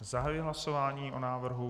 Zahajuji hlasování o návrhu.